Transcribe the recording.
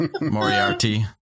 Moriarty